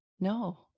No